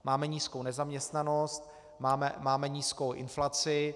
Máme nízkou nezaměstnanost, máme nízkou inflaci.